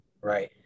Right